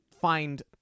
find